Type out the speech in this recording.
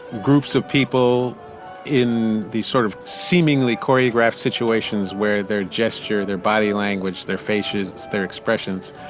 groups of people in these sort of seemingly choreographed situations where their gesture, their body language, their faces, their expressions